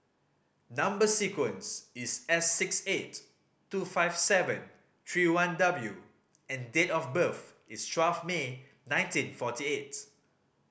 number sequence is S six eight two five seven three one W and date of birth is twelve May nineteen forty eight